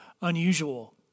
unusual